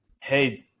Hey